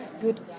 good